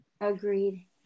agreed